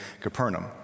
Capernaum